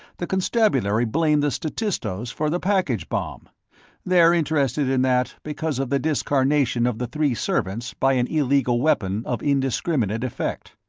the constabulary blame the statistos for the package-bomb they're interested in that because of the discarnation of the three servants by an illegal weapon of indiscriminate effect.